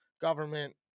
Government